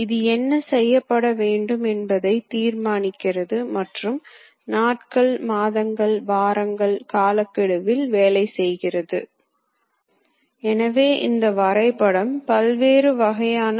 எனவே CNC இயந்திரங்களின் நன்மைகள் தீமைகள் என்னவென்று பார்க்கப்போனால் நெகிழ்வுத்தன்மை நிரலாக்கத்தால் அடையப்படும் நன்மைகளில் ஒன்றாகும்